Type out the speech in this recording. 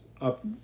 up